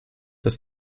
dass